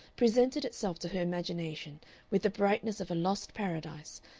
presented itself to her imagination with the brightness of a lost paradise,